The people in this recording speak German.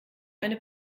eine